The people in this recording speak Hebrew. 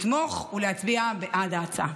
לתמוך ולהצביע בעד ההצעה.